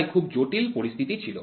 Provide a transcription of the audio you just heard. তাই খুব জটিল পরিস্থিতি ছিল